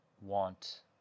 want